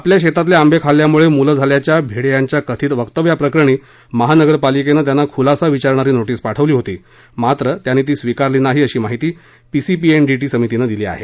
आपल्या शेतातले आंबे खाल्ल्यामुळे मुलं झाल्याच्या भिडे यांच्या कथित वक्तव्याप्रकरणी महानगरपालिकेनं त्यांना खुलासा विचारणारी नोटीस पाठवली होती मात्र त्यांनी ती स्विकारली नव्हती अशी माहिती पीसीपीएनडीटी समितीनं दिली आहे